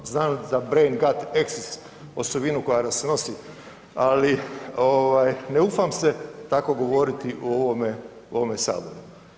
Znam za brain gut axis osovinu koja nas nosi, ali ne ufam se tako govoriti u ovome Saboru.